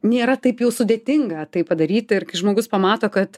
nėra taip jau sudėtinga tai padaryti ir kai žmogus pamato kad